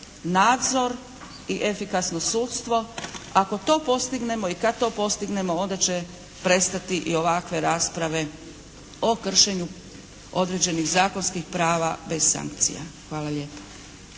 nadzor i efikasno sudstvo. Ako to postignemo i kad to postignemo onda će prestati i ovakve rasprave o kršenju određenih zakonskih prava bez sankcija. Hvala lijepa.